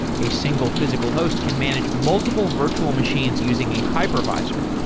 a single physical host can manage multiple virtual machines using a hypervisor.